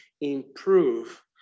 improve